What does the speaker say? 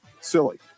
Silly